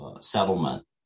settlement